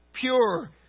pure